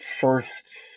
first